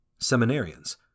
seminarians